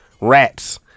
Rats